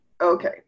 Okay